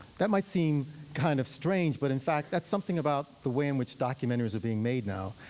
that might seem kind of strange, but in fact that's something about the way in which documentaries are being made now.